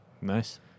Nice